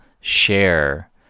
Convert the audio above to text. share